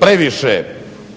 previše